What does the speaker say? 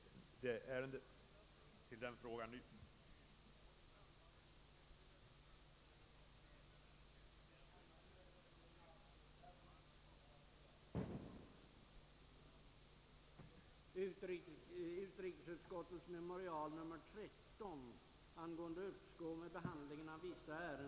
Reservation hade avgivits av herr Åkerlund , som ansett, att efter den mening i utskottets yttrande som lydde: ”Utskottet ansluter sig till vad utredningen anfört i fråga om utskottens resor” bort tillfogas en mening av följande lydelse: ”Dock syns hänsyn till riksdagens internationella förbindelser vara ett ämne som inte lämpligen bör bli föremål för särskild reglering i riksdagsstadgan.”